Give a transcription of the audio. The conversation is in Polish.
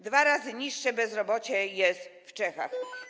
Dwa razy niższe bezrobocie jest w Czechach.